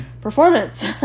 performance